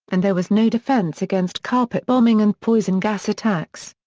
and there was no defence against carpet bombing and poison gas attacks.